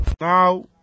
Now